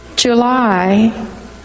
July